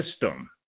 system